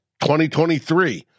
2023